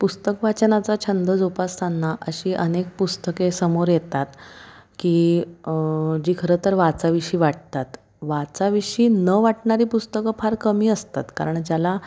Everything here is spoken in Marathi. पुस्तक वाचनाचा छंद जोपासताना अशी अनेक पुस्तके समोर येतात की जी खरं तर वाचाविशी वाटतात वाचाविशी न वाटणारी पुस्तकं फार कमी असतात कारण ज्याला